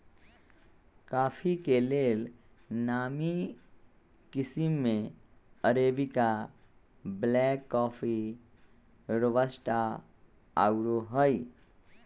coffee के लेल नामी किशिम में अरेबिका, ब्लैक कॉफ़ी, रोबस्टा आउरो हइ